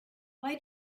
why